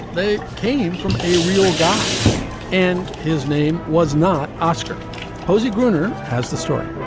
they came from a real guy and his name was not oscar posey gruner has the story.